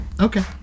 Okay